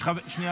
שנייה,